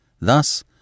Thus